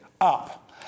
up